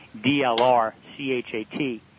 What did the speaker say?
D-L-R-C-H-A-T